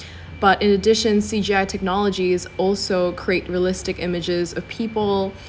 but in addition C_G_I technologies also create realistic images of people